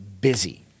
busy